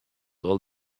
all